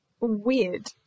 Weird